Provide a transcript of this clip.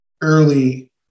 early